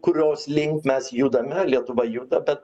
kurios link mes judame lietuva juda bet